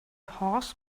horse